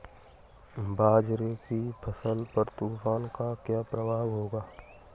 बाजरे की फसल पर तूफान का क्या प्रभाव होगा?